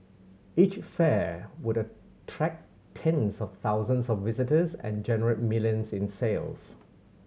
each fair would attract tens of thousands of visitors and generate millions in sales